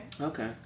Okay